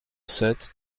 sept